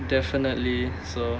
definitely so